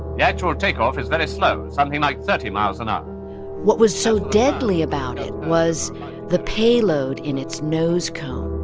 the actual takeoff is very slow something like thirty miles an hour what was so deadly about it was the payload in its nose cone.